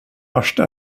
värsta